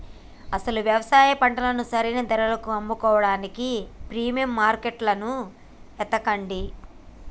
అసలు యవసాయ పంటను సరైన ధరలకు అమ్ముకోడానికి ప్రీమియం మార్కేట్టును ఎతకండి